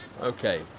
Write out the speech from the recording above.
Okay